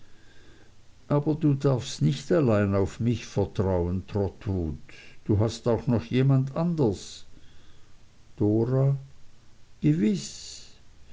aber du darfst nicht allein auf mich vertrauen trotwood du hast auch noch jemand anders dora gewiß